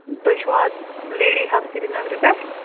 تُہۍ چھِو حظ لیڈی ہٹ سریٖنگرٕ پیٚٹھ